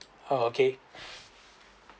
oh okay